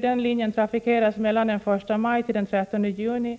Den linjen trafikeras mellan den 1 maj och den 13 juni,